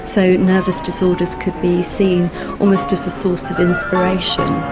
so nervous disorders could be seen almost as a source of inspiration.